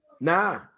Nah